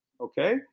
okay